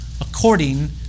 according